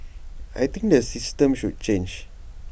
I think the system should change